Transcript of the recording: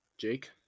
Jake